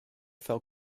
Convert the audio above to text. fell